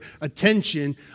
attention